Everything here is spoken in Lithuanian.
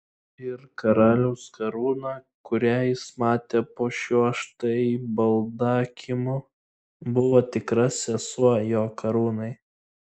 ir karaliaus karūna kurią jis matė po šiuo štai baldakimu buvo tikra sesuo jo karūnai